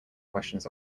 questions